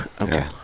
Okay